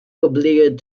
obliged